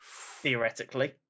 Theoretically